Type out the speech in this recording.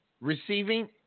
Receiving